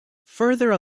further